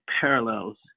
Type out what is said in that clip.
parallels